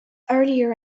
earlier